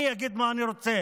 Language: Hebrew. אני אגיד מה שאני רוצה.